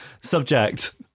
subject